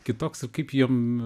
kitoks ir kaip jiem